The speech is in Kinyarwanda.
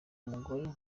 umugore